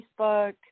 Facebook